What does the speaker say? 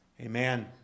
Amen